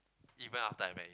even after I marry